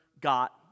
got